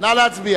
ההצעה